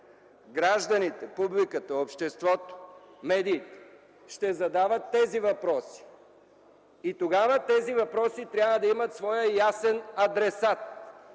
Гражданите, публиката, обществото, медиите ще задават тези въпроси и тогава те трябва да имат своя ясен адресат